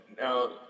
now